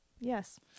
Yes